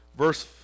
Verse